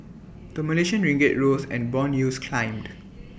the Malaysian ringgit rose and Bond yields climbed